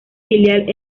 filial